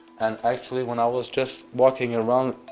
and actually, when i was just walking around.